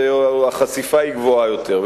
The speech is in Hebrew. החשיפה גבוהה יותר.